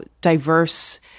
diverse